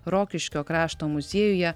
rokiškio krašto muziejuje